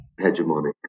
hegemonic